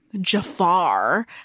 Jafar